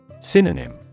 Synonym